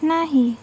नाही